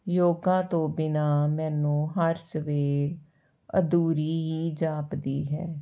ਯੋਗਾ ਤੋਂ ਬਿਨ੍ਹਾਂ ਮੈਨੂੰ ਹਰ ਸਵੇਰ ਅਧੂਰੀ ਹੀ ਜਾਪਦੀ ਹੈ